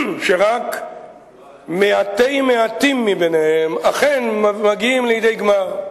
שרק מעטי מעטים מהם אכן מגיעים לידי גמר.